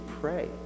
pray